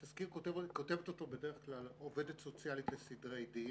את התסקיר בדרך כלל כתבת עובדת סוציאלית לסדרי דין.